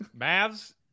Mavs